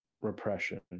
repression